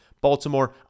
baltimore